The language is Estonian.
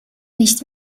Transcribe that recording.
neist